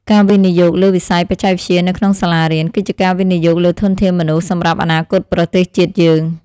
ការវិនិយោគលើវិស័យបច្ចេកវិទ្យានៅក្នុងសាលារៀន គឺជាការវិនិយោគលើធនធានមនុស្សសម្រាប់អនាគតប្រទេសជាតិយើង។